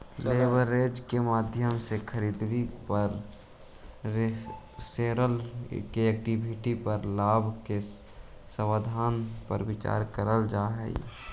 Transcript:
leverage के माध्यम से खरीदारी करे पर शेरहोल्डर्स के इक्विटी पर लाभ के संभावना पर विचार कईल जा हई